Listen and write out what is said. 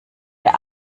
der